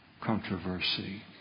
controversy